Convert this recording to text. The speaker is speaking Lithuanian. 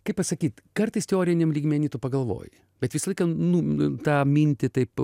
kaip pasakyt kartais teoriniam lygmeny tu pagalvoji bet visą laiką nu tą mintį taip